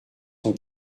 son